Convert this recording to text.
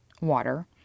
water